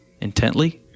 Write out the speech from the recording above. Intently